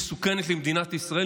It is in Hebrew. המסוכנת למדינת ישראל,